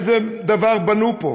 איזה דבר בנו פה?